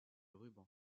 ruban